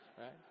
Right